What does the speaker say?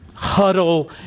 huddle